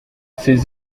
ces